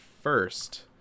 first